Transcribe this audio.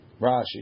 Rashi